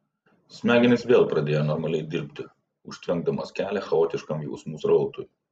smegenys vėl pradėjo normaliai dirbti užtvenkdamos kelią chaotiškam jausmų srautui